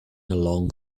along